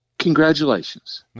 Congratulations